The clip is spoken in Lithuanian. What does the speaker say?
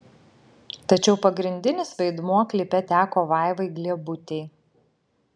tačiau pagrindinis vaidmuo klipe teko vaivai gliebutei